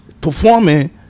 performing